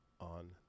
on